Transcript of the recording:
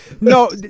No